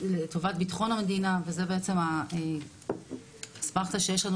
לטובת בטחון המדינה וזה בעצם - שיש לנו